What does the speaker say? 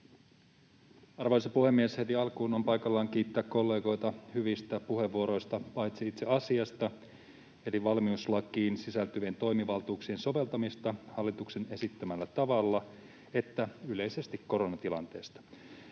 Arvoisa puhemies! Heti alkuun on paikallaan kiittää kollegoita hyvistä puheenvuoroista paitsi itse asiasta eli valmiuslakiin sisältyvien toimivaltuuksien soveltamisesta hallituksen esittämällä tavalla myös yleisesti koronatilanteesta.